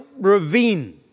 ravine